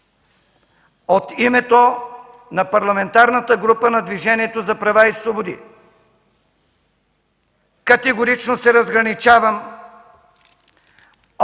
От името на Парламентарната група на Движението за права и свободи категорично се разграничавам от